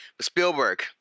Spielberg